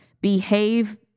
behave